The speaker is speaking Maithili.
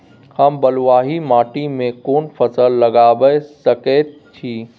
हम बलुआही माटी में कोन फसल लगाबै सकेत छी?